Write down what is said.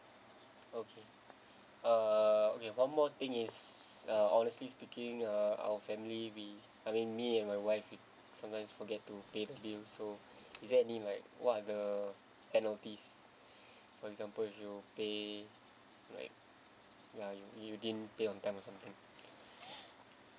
okay uh okay one more thing is uh honestly speaking uh our family we having me and my wife we sometimes forget to pay the bills so is there any like what are the penalties for example if you pay like ya you didn't pay on time or something